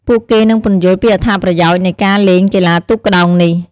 ពួកគេនឹងពន្យល់ពីអត្ថប្រយោជន៍នៃការលេងកីឡាទូកក្ដោងនេះ។